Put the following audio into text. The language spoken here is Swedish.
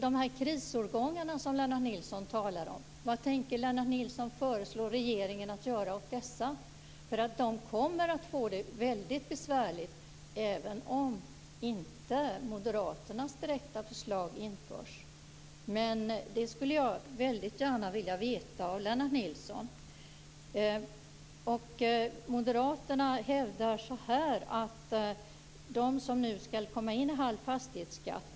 Lennart Nilsson talar om krisårgångarna. Vad tänker Lennart Nilsson föreslå regeringen att göra åt dem? Det kommer att bli väldigt besvärligt även om inte Moderaternas förslag införs. Det skulle jag väldigt gärna vilja veta av Lennart Nilsson.